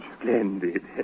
Splendid